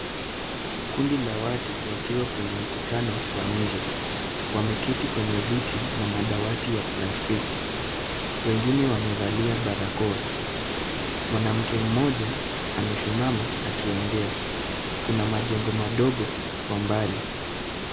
Kundi la watu wakiwa kwenye mkutano wa nje. Wameketi kwenye viti na madawati ya plastiki. Wengine wamevalia barakoa. Mwanamke mmoja amesimama akiongea. Kuna majengo madogo kwa umbali.